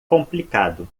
complicado